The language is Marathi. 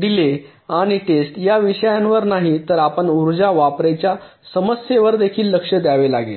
डीले आणि टेस्ट या विषयावर नाही तर आपणास उर्जा वापराच्या समस्येवर देखील लक्ष द्यावे लागेल